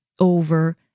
over